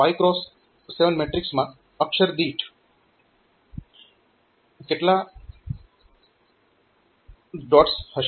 5 x 7 મેટ્રીક્સમાં અક્ષર દીઠ કેટલા ડોટ્સ હશે